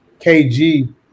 KG